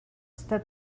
that